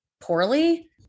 poorly